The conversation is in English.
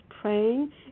praying